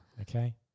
Okay